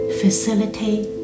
facilitate